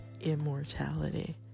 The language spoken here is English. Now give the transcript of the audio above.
immortality